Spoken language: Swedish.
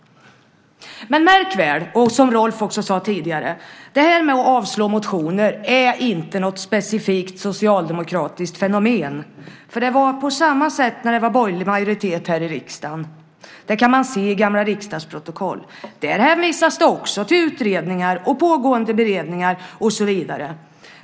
Märk väl, som Rolf Olsson också sade tidigare, att avstyrka motioner är inte något specifikt socialdemokratiskt fenomen. Det var på samma sätt när det var borgerlig majoritet här i riksdagen. Det kan man se i gamla riksdagsprotokoll. Där hänvisas det också till utredningar, pågående beredningar och så vidare.